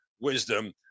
Wisdom